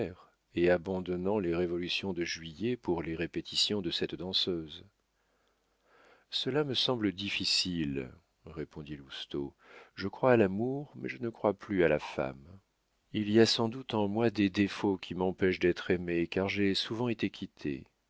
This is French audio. et abandonnant les révolutions de juillet pour les répétitions de cette danseuse cela me semble difficile répondit lousteau je crois à l'amour mais je ne crois plus à la femme il y a sans doute en moi des défauts qui m'empêchent d'être aimé car j'ai souvent été quitté